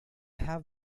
have